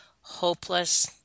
hopeless